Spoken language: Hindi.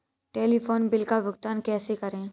टेलीफोन बिल का भुगतान कैसे करें?